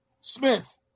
Smith